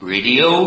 Radio